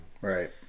right